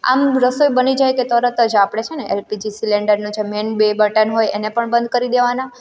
આમ રસોઈ બની જાય કે તરત જ આપણે છે ને એલપીજી સિલિન્ડરનો જે મેન બે બટન હોય એને પણ બંધ કરી દેવાના